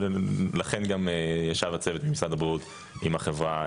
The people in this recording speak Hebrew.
לכן גם ישב הצוות במשרד הבריאות עם החברה